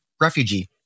refugee